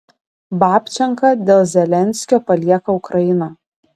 babčenka dėl zelenskio palieka ukrainą